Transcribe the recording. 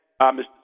Mr